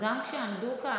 גם כשעמדו כאן,